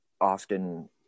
often